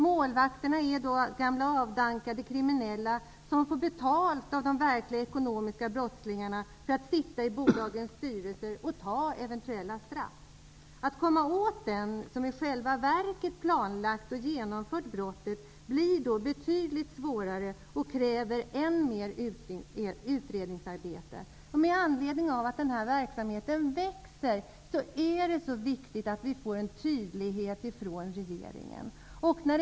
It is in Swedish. Målvakterna är gamla avdankade kriminella som får betalt av de verkliga ekonomiska brottslingarna för att sitta i bolagens styrelser och ta eventuella straff. Att komma åt den som i själva verket planlagt och genomfört brottet blir betydligt svårare och kräver än mer utredningsarbete. Med anledning av att denna verksamhet växer är det viktigt att regeringen är tydlig.